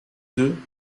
deux